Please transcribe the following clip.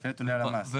לפי נתוני הלמ"ס, כן.